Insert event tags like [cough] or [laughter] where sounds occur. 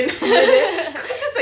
[laughs]